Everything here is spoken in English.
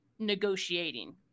negotiating